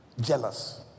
Jealous